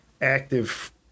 active